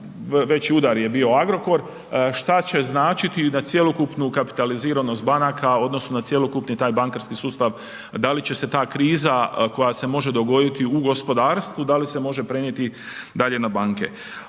veći udar je bio Agrokor, šta će značiti na cjelokupnu kapitaliziranost banaka odnosno na cjelokupni taj bankarski sustav, da li će se ta kriza koja se može dogoditi u gospodarstvu, da li se može prenijeti dalje na banke.